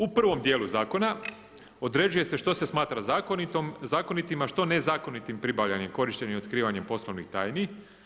U prvom dijelu zakona određuje se što se smatra zakonitima, a što nezakonitim pribavljanjem korištenje i otkrivanje poslovnih tajni.